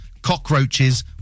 cockroaches